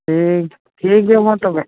ᱦᱮᱸ ᱴᱷᱤᱠᱜᱮᱭᱟ ᱢᱟ ᱛᱚᱵᱮ